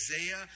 Isaiah